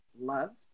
love